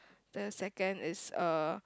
the second is a